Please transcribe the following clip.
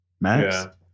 max